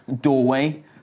doorway